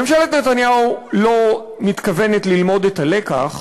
ממשלת נתניהו לא מתכוונת ללמוד את הלקח,